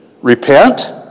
Repent